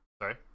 Sorry